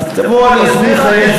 בוא, אני אסביר לך.